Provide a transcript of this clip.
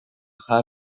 jabe